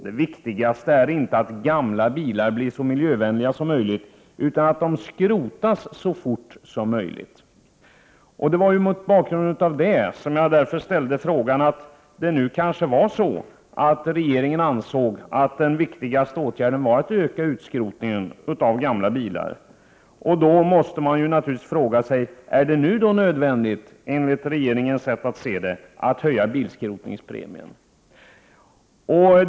Det viktigaste är inte att gamla bilar blir så miljövänliga som möjligt, ICKENNgEN anNSCl all UCH VINUgASE AlgarutH ar aut URNA ULSNIVUNNEEen av gamla bilar. Man måste nu fråga sig: Är det enligt regeringens uppfattning nödvändigt att höja bilskrotningspremien?